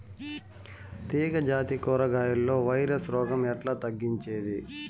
తీగ జాతి కూరగాయల్లో వైరస్ రోగం ఎట్లా తగ్గించేది?